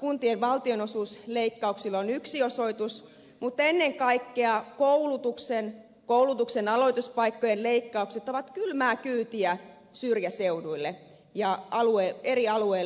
kuntien valtionosuusleikkauksilla on yksi osoitus mutta ennen kaikkea koulutuksen aloituspaikkojen leikkaukset ovat kylmää kyytiä syrjäseuduille ja eri alueille suomessa